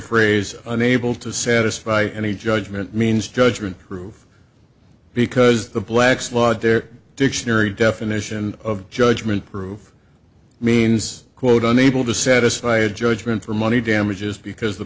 phrase an able to satisfy any judgment means judgment proof because the blacks laud their dictionary definition of judgment proof means quote on able to satisfy a judgement for money damages because the